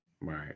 Right